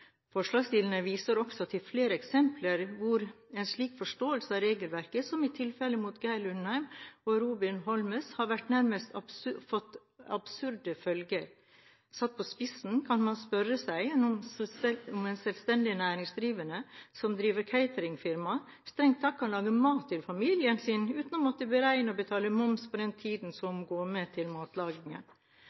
Forslagsstillerne viser også til flere eksempler hvor en slik forståelse av regelverket, som i tilfellene med Geir Lundheim og Robin Holmes, har fått nærmest absurde følger. Satt på spissen kan man spørre seg om en selvstendig næringsdrivende som driver cateringfirma, strengt tatt kan lage mat til familien sin uten å måtte beregne og betale moms for den tiden som går med til